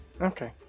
Okay